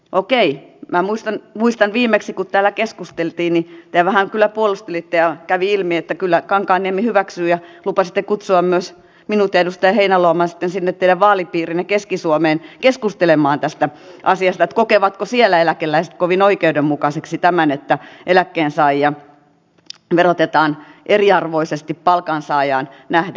okei minä muistan että viimeksi kun täällä keskusteltiin niin te vähän kyllä puolustelitte ja kävi ilmi että kyllä kankaanniemi hyväksyy ja lupasitte kutsua myös minut ja edustaja heinäluoman sinne teidän vaalipiiriinne keski suomeen keskustelemaan tästä asiasta että kokevatko siellä eläkeläiset kovin oikeudenmukaiseksi tämän että eläkkeensaajia verotetaan eriarvoisesti palkansaajaan nähden